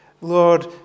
Lord